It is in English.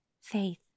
faith